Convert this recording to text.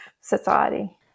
society